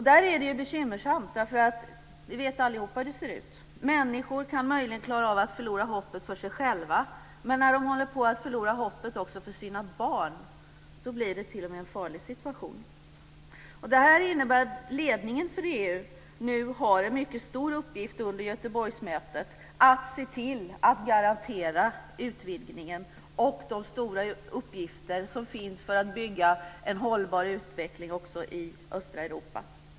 Där är det bekymmersamt; vi vet ju allihop hur det ser ut. Människor kan möjligen klara av att förlora hoppet för sig själva, men när de håller på att förlora hoppet också för sina barn blir det t.o.m. en farlig situation. Det här innebär att ledningen för EU nu har en mycket stor uppgift under Göteborgsmötet att se till att garantera utvidgningen, och det finns stora uppgifter när det gäller att bygga en hållbar utveckling också i östra Europa.